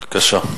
בבקשה.